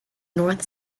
north